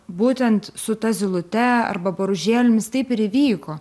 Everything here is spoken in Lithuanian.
būtent su ta zylute arba boružėlėmis taip ir įvyko